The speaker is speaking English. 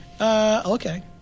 Okay